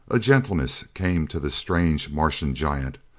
a gentleness came to this strange martian giant.